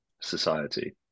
society